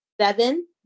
seven